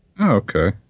okay